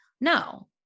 No